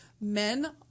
men